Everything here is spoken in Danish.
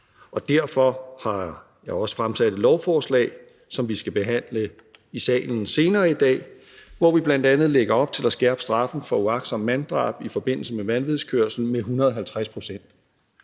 og derfor har jeg også fremsat et lovforslag, som vi skal behandle i salen senere i dag, hvor vi bl.a. lægger op til at skærpe straffen for uagtsomt manddrab i forbindelse med vanvidskørsel med 150 pct.